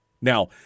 Now